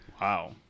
Wow